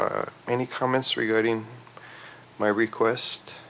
any comments regarding my request